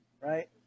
Right